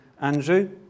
Andrew